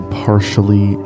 partially